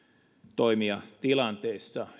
toimia tilanteissa